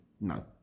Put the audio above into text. No